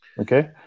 Okay